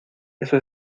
eso